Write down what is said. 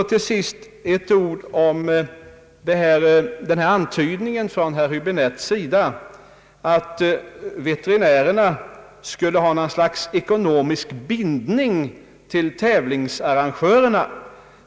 Till sist ett par ord om den antydan herr Hiäbinette gjorde om att veterinärerna skulle ha något slags ekonomisk bindning till tävlingsarrangörerna.